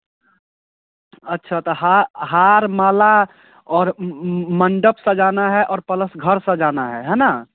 अच्छा तो हा हार माला और मंडप सजाना है और प्लस घर सजाना है है ना